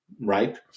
right